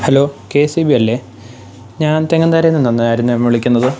hello K S E B അല്ലേ ഞാൻ ചെങ്ങത്തോരെ നിന്നായിരുന്നു വിളിക്കുന്നത്